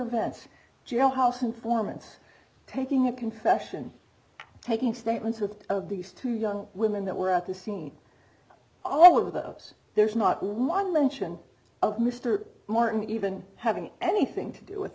events jailhouse informants taking a confession taking statements of these two young women that were at the scene all of those there's not one mention of mr martin even having anything to do with